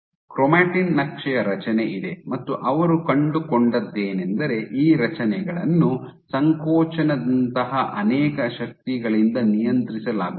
chromatin ನಕ್ಷೆಯ ರಚನೆ ಇದೆ ಮತ್ತು ಅವರು ಕಂಡುಕೊಂಡದ್ದೇನೆಂದರೆ ಈ ರಚನೆಗಳನ್ನು ಸಂಕೋಚನದಂತಹ ಅನೇಕ ಶಕ್ತಿಗಳಿಂದ ನಿಯಂತ್ರಿಸಲಾಗುತ್ತದೆ